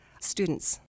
students